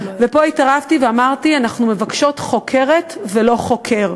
פה התערבתי ואמרתי: אנחנו מבקשות חוקרת ולא חוקר.